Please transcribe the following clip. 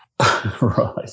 Right